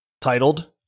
titled